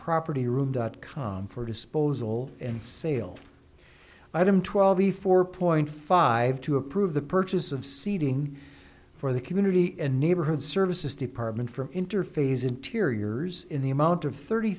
property room dot com for disposal and sale item twelve a four point five to approve the purchase of seating for the community and neighborhood services department for interface interiors in the amount of thirty